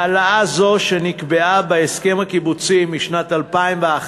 העלאה זו, שנקבעה בהסכם הקיבוצי משנת 2011,